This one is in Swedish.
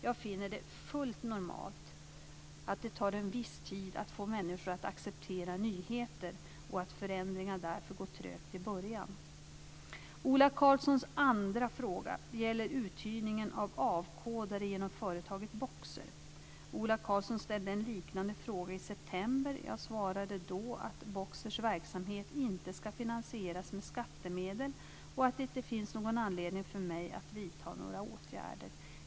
Jag finner det fullt normalt att det tar en viss tid att få människor att acceptera nyheter och att förändringar därför går trögt i början. Ola Karlssons andra fråga gäller uthyrningen av avkodare genom företaget Boxer. Ola Karlsson ställde en liknande fråga i september. Jag svarade då att Boxers verksamhet inte ska finansieras med skattemedel och att det inte finns någon anledning för mig att vidta några åtgärder.